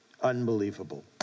Unbelievable